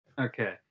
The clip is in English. Okay